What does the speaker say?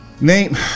Name